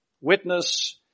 witness